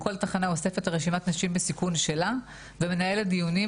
כל תחנה אוספת רשימת נשים בסיכון שלה ומנהלת דיונים